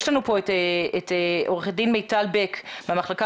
יש לנו פה את עו"ד מיטל בק מהמחלקה